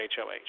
HOH